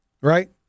Right